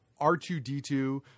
R2D2